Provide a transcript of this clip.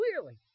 clearly